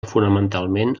fonamentalment